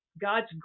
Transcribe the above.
God's